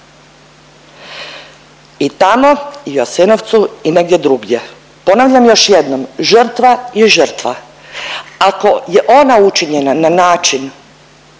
I tamo i u Jasenovcu i negdje drugdje. Ponavljam još jednom, žrtva je žrtva. Ako je ona učinjena na način